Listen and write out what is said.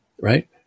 right